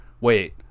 wait